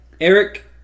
Eric